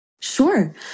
Sure